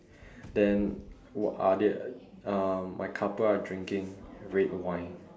then what are they uh my couple are drinking red wine